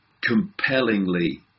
compellingly